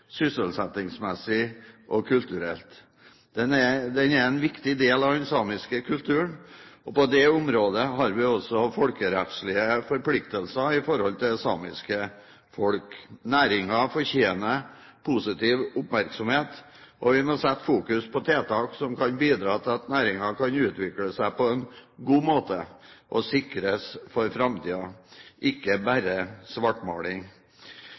sysselsettingsmessig og kulturelt. Den er en viktig del av den samiske kulturen, og på dette området har vi også folkerettslige forpliktelser i forhold til det samiske folk. Næringen fortjener positiv oppmerksomhet, og vi må sette fokus på tiltak som kan bidra til at næringen kan utvikle seg på en god måte og sikres for framtiden, og ikke bare